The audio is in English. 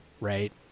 right